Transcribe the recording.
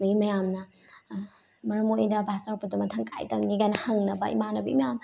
ꯑꯗꯩ ꯃꯌꯥꯝꯅ ꯃꯔꯝ ꯃꯣꯛꯏꯗ ꯄꯥꯁ ꯇꯧꯔꯛꯄꯗꯣ ꯃꯊꯪ ꯀꯥꯏ ꯇꯝꯅꯤꯀꯥꯏꯅ ꯍꯪꯅꯕ ꯏꯃꯥꯟꯅꯕꯤ ꯃꯌꯥꯝ